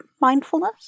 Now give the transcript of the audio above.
mindfulness